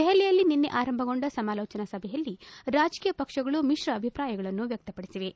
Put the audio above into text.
ದೆಹಲಿಯಲ್ಲಿ ನಿನ್ನೆ ಆರಂಭಗೊಂಡ ಸಮಾಲೋಚನಾ ಸಭೆಯಲ್ಲಿ ರಾಜಕೀಯ ಪಕ್ಷಗಳು ಮಿಶ್ರ ಅಭಿಪ್ರಾಯಗಳನ್ನು ವ್ಲಕ್ತಪಡಿಸಿವೆ